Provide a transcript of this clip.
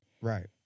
Right